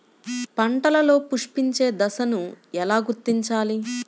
పంటలలో పుష్పించే దశను ఎలా గుర్తించాలి?